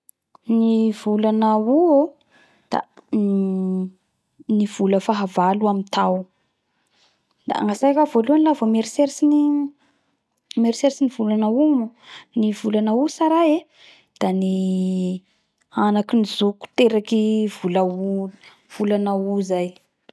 Ny volana Aout o da uhm vola fahavalo amy tao da gnatsiko ao voalohany la vo mieritseritsy ny mieritseritsy ny volana vola aout ny volana aout tsaray e da ny anaky zokiko teraky vola aout vola aout zai